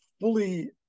fully